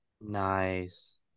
Nice